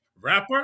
rapper